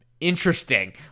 Interesting